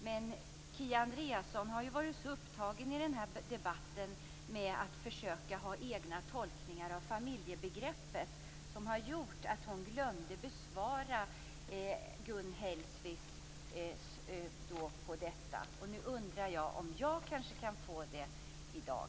Men Kia Andreasson var så upptagen i debatten med att ha egna tolkningar av familjebegreppet att hon glömde besvara Gun Hellsvik. Jag kanske kan få ett svar.